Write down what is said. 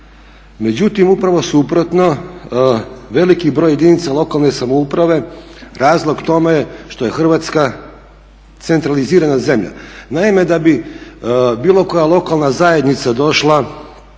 Međutim upravo suprotno, veliki broj jedinica lokalne samouprave razlog tome je što je Hrvatska centralizirana zemlja. Naime, da bi bilo koja lokalna zajednica došla